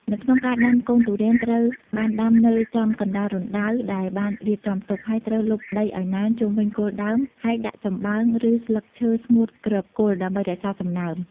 នៅក្នុងការដាំកូនទុរេនត្រូវបានដាំនៅចំកណ្តាលរណ្តៅដែលបានរៀបចំទុក ហើយត្រូវលប់ដីឱ្យណែន ជុំវិញគល់ដើម ហើយដាក់ចំបើង ឬស្លឹកឈើស្ងួតគ្របគល់ ដើម្បីរក្សាសំណើម។